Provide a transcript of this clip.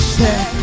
set